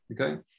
Okay